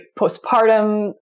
postpartum